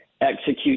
execute